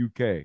UK